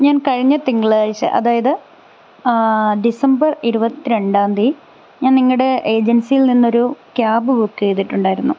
ഞാൻ കഴിഞ്ഞ തിങ്കളാഴ്ച അതായത് ഡിസംബർ ഇരുപത്തിരണ്ടാന്തി ഞാൻ നിങ്ങൾടെ ഏജൻസിയിൽ നിന്നൊരു ക്യാബ് ബുക്ക് ചെയ്തിട്ടുണ്ടായിരുന്നു